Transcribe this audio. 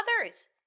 others